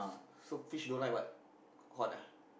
so fish don't like what hot ah